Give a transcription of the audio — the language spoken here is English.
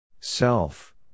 Self